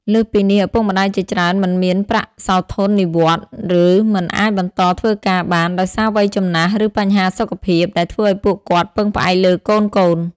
លើសពីនេះ ឪពុកម្ដាយជាច្រើនមិនមានប្រាក់សោធននិវត្តន៍ ឬមិនអាចបន្តធ្វើការបាន ដោយសារវ័យចំណាស់ ឬបញ្ហាសុខភាព ដែលធ្វើឱ្យពួកគាត់ពឹងផ្អែកលើកូនៗ។